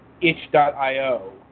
itch.io